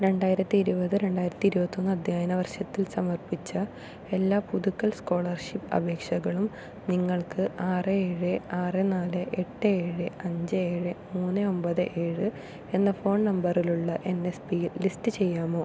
രണ്ടായിരത്തി ഇരുപത് രണ്ടായിരത്തി ഇരുപത്തൊന്ന് അധ്യയന വർഷത്തിൽ സമർപ്പിച്ച എല്ലാ പുതുക്കൽ സ്കോളർഷിപ്പ് അപേക്ഷകളും നിങ്ങൾക്ക് ആറ് ഏഴ് ആറ് നാല് എട്ട് ഏഴ് അഞ്ച് ഏഴ് മൂന്ന് ഒമ്പത് ഏഴ് എന്ന ഫോൺ നമ്പറിലുള്ള എൻ എസ് പിയിൽ ലിസ്റ്റ് ചെയ്യാമോ